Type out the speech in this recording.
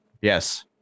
yes